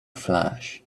flash